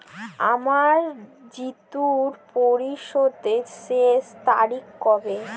আমার ঋণ পরিশোধের শেষ তারিখ কবে?